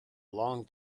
long